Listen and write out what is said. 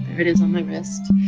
there it is on my wrist